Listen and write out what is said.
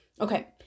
Okay